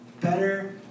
better